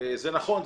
זה נכון,